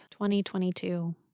2022